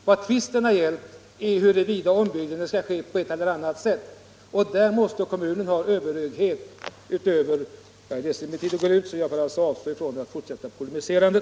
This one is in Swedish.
Vad tvisten har gällt är huruvida ombyggnaden skall ske på det ena eller det andra sättet. Där måste kommunen ha överhöghet. Jag ser nu att tiden går ut, varför jag avstår från det fortsatta polemiserandet.